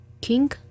king